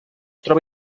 troba